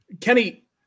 Kenny